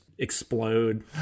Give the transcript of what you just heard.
explode